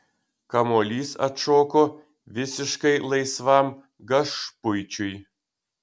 kamuolys atšoko visiškai laisvam gašpuičiui